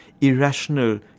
irrational